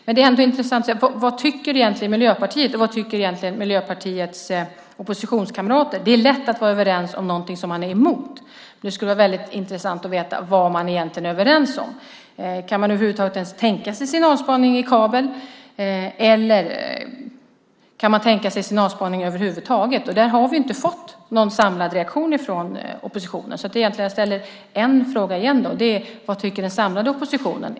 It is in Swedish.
Men vad tycker egentligen Miljöpartiet, och vad tycker Miljöpartiets oppositionskamrater? Det är lätt att vara överens om att vara emot något, men det skulle vara intressant att veta vad man egentligen är överens om att man vill ha. Kan man ens tänka sig signalspaning i kabel, och kan man tänka sig signalspaning över huvud taget? Vi har inte fått någon samlad reaktion från oppositionen. Jag ställer en fråga igen: Vad tycker den samlade oppositionen?